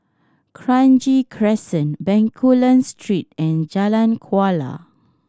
Kranji Crescent Bencoolen Street and Jalan Kuala